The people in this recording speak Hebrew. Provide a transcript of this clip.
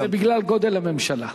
זה בגלל גודל הממשלה.